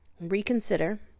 reconsider